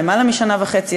למעלה משנה וחצי.